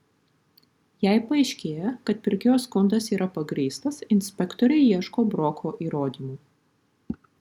jei paaiškėja kad pirkėjo skundas yra pagrįstas inspektoriai ieško broko įrodymų